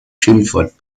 schimpfwort